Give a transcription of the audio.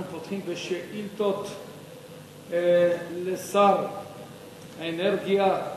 אנחנו פותחים בשאילתות לשר האנרגיה,